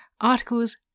articles